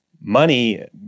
money